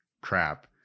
crap